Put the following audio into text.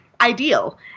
ideal